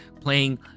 playing